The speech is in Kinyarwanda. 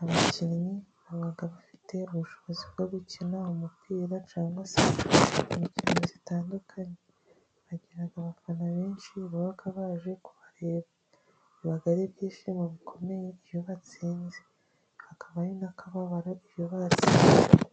abakinnyi baba bafite ubushobozi bwo gukina umupira cyangwa se gukina imikino itandukanye, bagira abafana benshi baba baje kubareba, biba ari ibyishimo bikomeye iyo batsinze, kakaba ari n'akababaro iyo batsinzwe.